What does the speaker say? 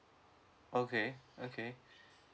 okay okay